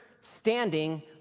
standing